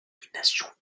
nomination